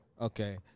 Okay